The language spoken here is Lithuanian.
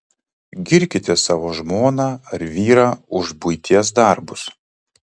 girkite savo žmoną ar vyrą už buities darbus